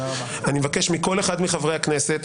אני מבקש מכל אחד מחברי הכנסת,